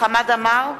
חמד עמאר,